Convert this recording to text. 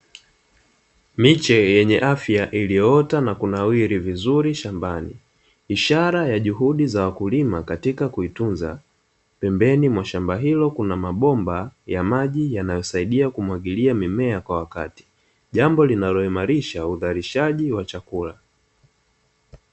Miche yenye afya iliyoota na kunawiri vizuri shambani ishara ya juhudi za wakulima katika kuitunza, pembeni mashamba hilo kuna mabomba ya maji yanayosaidia kumwagilia mimea kwa wakati jambo linaloimarisha uzalishaji wa chakula.